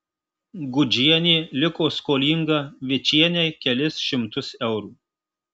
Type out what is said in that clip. gudžienė liko skolinga vičienei kelis šimtus eurų